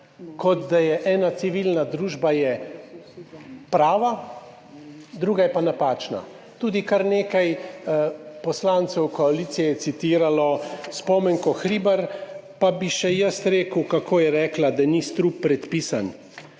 kot da je ena civilna družba prava, druga je pa napačna. Tudi kar nekaj poslancev koalicije je citiralo Spomenko Hribar, pa bi še jaz rekel, kako je rekla, da ni predpisan